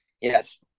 Yes